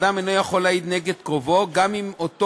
אדם אינו יכול להעיד נגד קרובו גם אם אותו